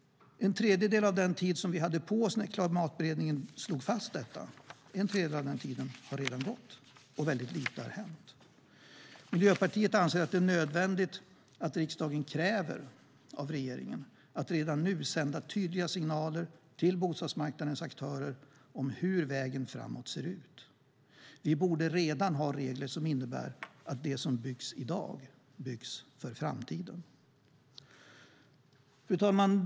Miljöpartiet anser att det är nödvändigt att riksdagen kräver av regeringen att redan nu sända tydliga signaler till bostadsmarknadens aktörer om hur vägen framåt ser ut. Fru talman!